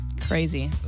Crazy